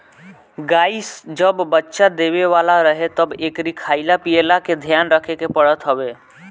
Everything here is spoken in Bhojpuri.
गाई जब बच्चा देवे वाला रहे तब एकरी खाईला पियला के ध्यान रखे के पड़त हवे